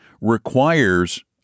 requires